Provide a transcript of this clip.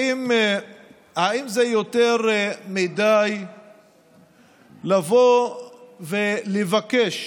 האם זה יותר מדי לבוא ולבקש